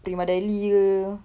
prima deli ke